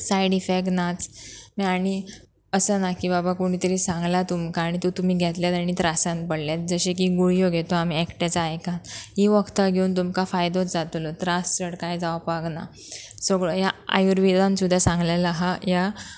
side effect नाच आनी असां ना की बाबा कोणी तरी सांगलां तुमकां आनी तो तुमी घेतल्यात आनी त्रासान पडल्यात जशें की गुळयो घेतो आमी एकट्याच्या आयकान ही वखदां घेवन तुमकां फायदोच जातलो त्रास चड कांय जावपाक ना सगळो ह्या आयुर्वेदान सुद्दां सांगलेलो आहा ह्या